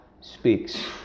speaks